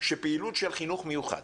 שפעילות של חינוך מיוחד